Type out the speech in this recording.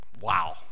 wow